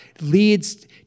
leads